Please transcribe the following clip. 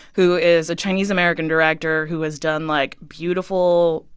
who is a chinese american director who has done, like, beautiful,